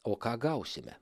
o ką gausime